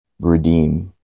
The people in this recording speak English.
redeem